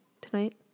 tonight